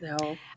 No